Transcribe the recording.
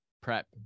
prep